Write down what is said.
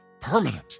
permanent